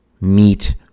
meet